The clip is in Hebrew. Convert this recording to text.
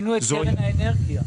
עשינו את קרן האנרגיה.